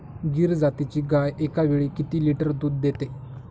गीर जातीची गाय एकावेळी किती लिटर दूध देते?